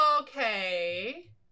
Okay